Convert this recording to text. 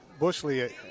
Bushley